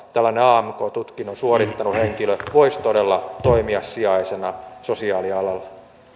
amk tutkinnon suorittanut henkilö voisi todella toimia sijaisena sosiaalialalla